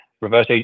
reverse